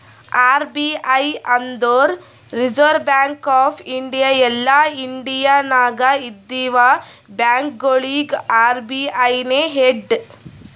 RBI ಅಂದುರ್ reserve bank of India ಎಲ್ಲಾ India ನಾಗ್ ಇದ್ದಿವ ಬ್ಯಾಂಕ್ಗೊಳಿಗ ಅರ್.ಬಿ.ಐ ನೇ ಹೆಡ್